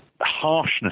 harshness